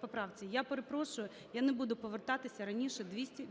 поправці. Я перепрошую, я не буду повертатися раніше двісті